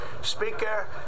Speaker